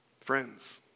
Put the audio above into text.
Friends